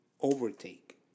overtake